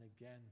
again